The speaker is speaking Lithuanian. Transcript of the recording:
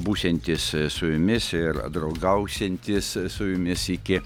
būsiantis su jumis ir draugausiantis su jumis iki